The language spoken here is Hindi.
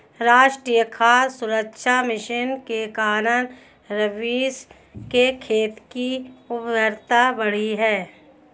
राष्ट्रीय खाद्य सुरक्षा मिशन के कारण रवीश के खेत की उर्वरता बढ़ी है